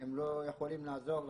הם לא יכולים לעזור לנו,